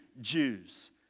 Jews